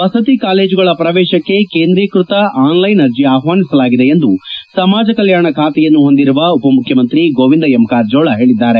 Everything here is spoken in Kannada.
ವಸತಿ ಕಾಲೇಜುಗಳ ಪವೇಶಕ್ ಕೇಂದೀಕೃತ ಆನ್ ಲೈನ್ ಅರ್ಜಿ ಆಹಾನಿಸಲಾಗಿದೆ ಎಂದು ಸಮಾಜ ಕಲ್ಕಾಣ ಖಾತೆಯನ್ನು ಹೊಂದಿರುವ ಉಪಮುಖ್ಯಮಂತ್ರಿ ಗೋವಿಂದ ಎಂ ಕಾರಜೋಳ ಹೇಳಿದ್ದಾರೆ